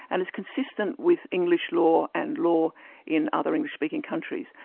and it's consistent with english law and law in other english speaking countries,